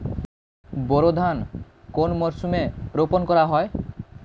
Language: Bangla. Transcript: বোরো ধান কোন মরশুমে রোপণ করা হয়?